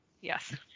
yes